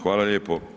Hvala lijepo.